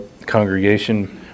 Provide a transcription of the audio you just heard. congregation